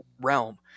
realm